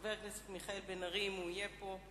חבר הכנסת מיכאל בן-ארי, אם הוא יהיה פה.